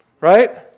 Right